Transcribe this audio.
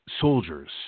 soldiers